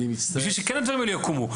בשביל שכן הדברים האלו יוקמו?